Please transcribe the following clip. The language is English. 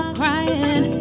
crying